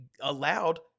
allowed